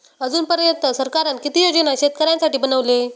अजून पर्यंत सरकारान किती योजना शेतकऱ्यांसाठी बनवले?